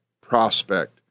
prospect